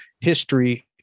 History